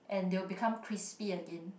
and they will become crispy again